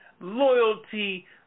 loyalty